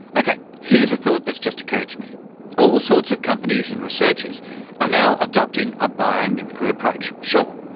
ok, here's a thought that's just occurred to me all sorts of companies and researchers are now adopting a biomimicry approach, sure.